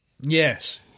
Yes